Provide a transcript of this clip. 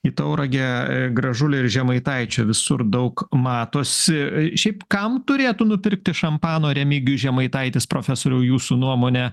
į tauragę gražulio ir žemaitaičio visur daug matosi šiaip kam turėtų nupirkti šampano remigijus žemaitaitis profesoriau jūsų nuomone